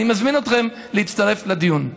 אני מזמין אתכם להצטרף לדיון.